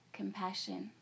compassion